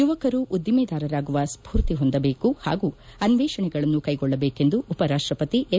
ಯುವಕರು ಉದ್ದಿಮದಾರರಾಗುವ ಸ್ಫೂರ್ತಿ ಹೊಂದಬೇಕು ಪಾಗೂ ಅನ್ವೇಷಣೆಗಳನ್ನು ಕೈಗೊಳ್ಳಬೇಕೆಂದು ಉಪರಾಷ್ಟಪತಿ ಎಂ